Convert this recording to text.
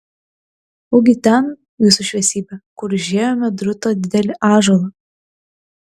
ugi ten jūsų šviesybe kur užėjome drūtą didelį ąžuolą